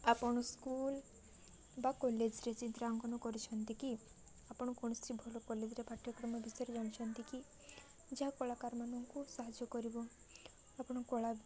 ଆପଣ ସ୍କୁଲ୍ ବା କଲେଜ୍ରେ ଚିତ୍ରାଙ୍କନ କରିଛନ୍ତି କି ଆପଣ କୌଣସି ଭଲ କଲେଜ୍ରେ ପାଠ୍ୟକ୍ରମ ବିଷୟରେ ଜଣିଛନ୍ତି କି ଯାହା କଳାକାରମାନଙ୍କୁ ସାହାଯ୍ୟ କରିବ ଆପଣ କଳା